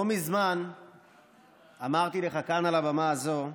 לא מזמן אמרתי לך כאן, על הבמה הזאת,